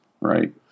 Right